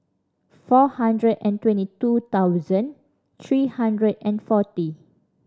four hundred and twenty two thousand three hundred and forty